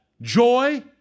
joy